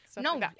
No